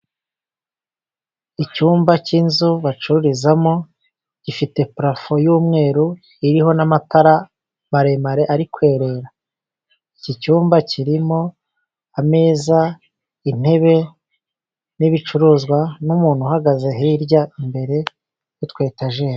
Icyumba cy'inzu bacururizamo, gifite parafo y'umweru iriho n'amatara maremare ari kwerera. Iki cyumba kirimo ameza, intebe n'ibicuruzwa, n'umuntu uhagaze hirya imbere y'utwa etajeri.